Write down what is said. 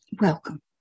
Welcome